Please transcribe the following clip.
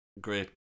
great